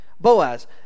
Boaz